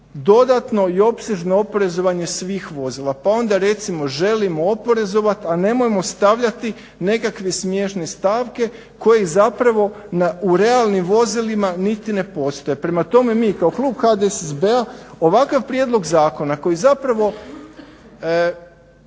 dodatno i opsežno oporezivanje svih vozila. Pa onda recimo želimo oporezovati a nemojmo stavljati nekakve smiješne stavke koje zapravo u realnim vozilima niti ne postoje. Prema tome, mi kao klub HDSSB-a ovakav prijedlog zakona koji u